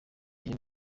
iyo